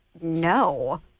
no